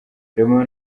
romeo